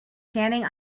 standing